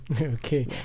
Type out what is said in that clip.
Okay